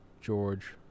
George